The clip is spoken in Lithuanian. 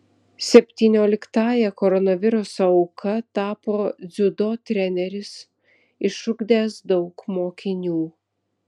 septynioliktąja koronaviruso auka tapo dziudo treneris išugdęs daug mokinių